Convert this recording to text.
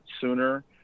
sooner